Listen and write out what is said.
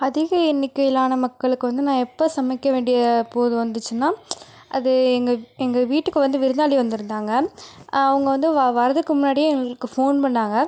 அதிக எண்ணிக்கையிலான மக்களுக்கு வந்து நான் எப்போ சமைக்க வேண்டிய போது வந்துச்சுனால் அது எங்கள் எங்கள் வீட்டுக்கு வந்து விருந்தாளி வந்திருந்தாங்க அவங்க வந்து வரதுக்கு முன்னாடியே எங்களுக்கு ஃபோன் பண்ணினாங்க